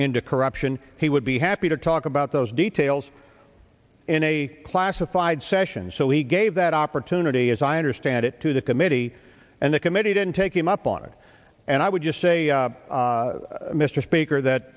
into corruption he would be happy to talk about those details in a classified session so he gave that opportunity as i understand it to the committee and the committee didn't take him up on it and i would just say mr speaker that